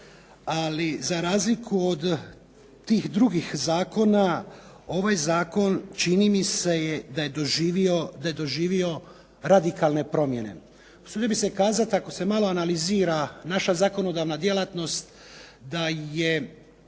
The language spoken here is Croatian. Ali za razliku od tih drugih zakona ovaj zakon čini mi se da je doživio radikalne promjene. Usudio bih se kazati ako se malo analizira naša zakonodavna djelatnost da je